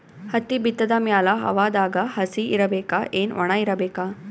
ಹತ್ತಿ ಬಿತ್ತದ ಮ್ಯಾಲ ಹವಾದಾಗ ಹಸಿ ಇರಬೇಕಾ, ಏನ್ ಒಣಇರಬೇಕ?